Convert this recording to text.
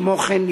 כמו כן,